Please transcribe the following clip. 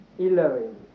Elohim